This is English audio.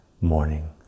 morning